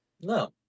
No